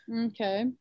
Okay